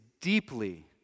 deeply